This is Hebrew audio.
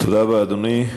תודה רבה, אדוני.